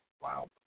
Wow